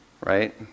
Right